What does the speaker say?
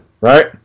Right